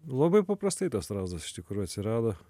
labai paprastai tas strazdas iš tikrųjų atsirado